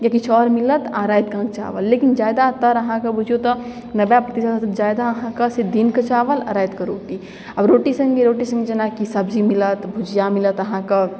या किछु आओर मिलत आओर रातिकऽ अहाँके चावल लेकिन जादातर अहाँके बूझियौ तऽ नब्बे प्रतिशतसँ जादा अहाँके से दिनके चावल आओर राति कऽ रोटी रोटी सङ्गे रोटी सङ्गे जेनाकी सब्जी मिलत भूजिया मिलत अहाँके